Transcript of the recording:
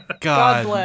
God